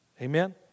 Amen